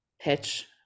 pitch